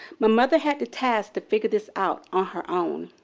my mother had the task to figure this out on her own.